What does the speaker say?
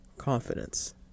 Confidence